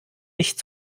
nicht